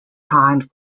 times